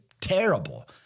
terrible